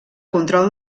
control